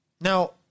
Now